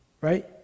right